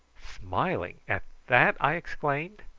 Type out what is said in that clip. smiling at that! i exclaimed.